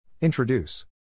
Introduce